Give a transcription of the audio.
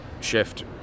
shift